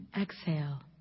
Exhale